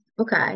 Okay